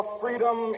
freedom